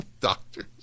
doctors